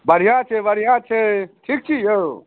बढ़िआँ छै बढ़िआँ छै ठीक छी यौ